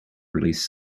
released